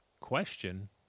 question